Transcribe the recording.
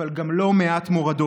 אבל גם לא מעט מורדות.